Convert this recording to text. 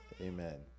amen